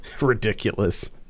ridiculous